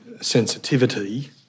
sensitivity